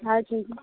साठि रुपैआ